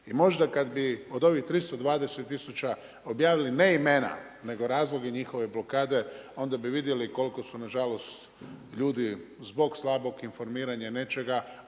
I možda kad bi od ovih 320000 objavili, ne imena, nego razloge njihove blokade, onda bi vidjeli koliko su nažalost zbog slabog informiranja nečega,